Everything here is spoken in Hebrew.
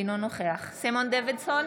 אינו נוכח סימון דוידסון,